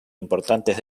importantes